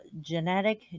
genetic